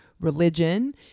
religion